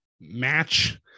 match